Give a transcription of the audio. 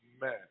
man